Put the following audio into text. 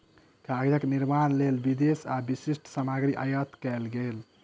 कागजक निर्माणक लेल विदेश से विशिष्ठ सामग्री आयात कएल गेल